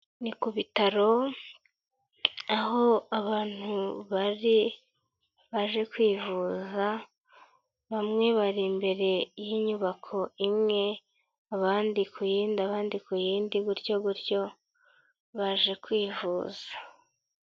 Ni ku bitaro aho abantu bari baje kwivuza, bamwe bari imbere y'inyubako imwe, abandi ku yindi, abandi ku yindi gutyo gutyo, baje kwivuza.